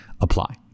apply